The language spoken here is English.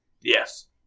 Yes